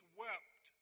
wept